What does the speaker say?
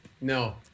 No